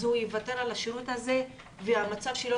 אז הוא יוותר על השירות הזה והמצב שלו